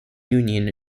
union